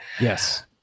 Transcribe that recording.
Yes